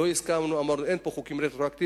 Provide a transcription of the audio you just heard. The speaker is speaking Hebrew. לא הסכמנו, אמרנו שאין פה חוקים רטרואקטיביים,